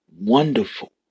wonderful